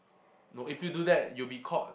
no if you do that you'll be caught